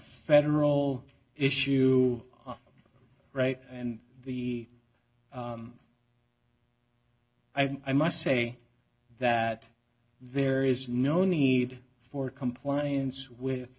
federal issue right and the i must say that there is no need for compliance with